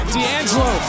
D'Angelo